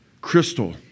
crystal